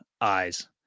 eyes